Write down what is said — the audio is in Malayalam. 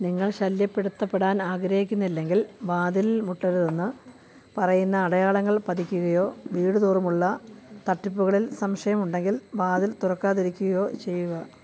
നിങ്ങൾ ശല്യപ്പെടുത്തപ്പെടാൻ ആഗ്രഹിക്കുന്നില്ലെങ്കിൽ വാതിലിൽ മുട്ടരുതെന്ന് പറയുന്ന അടയാളങ്ങൾ പതിക്കുകയോ വീടുതോറുമുള്ള തട്ടിപ്പുകളിൽ സംശയമുണ്ടെങ്കിൽ വാതിൽ തുറക്കാതിരിക്കുകയോ ചെയ്യുക